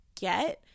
get